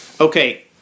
Okay